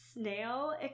snail